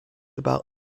about